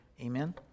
Amen